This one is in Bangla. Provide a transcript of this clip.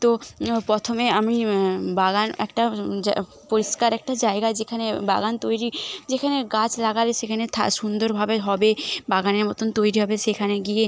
তো প্রথমে আমি বাগান একটা যা পরিষ্কার একটা জায়গা যেখানে বাগান তৈরি যেখানে গাছ লাগালে সেখানে থা সুন্দরভাবে হবে বাগানের মতন তৈরি হবে সেখানে গিয়ে